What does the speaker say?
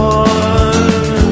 one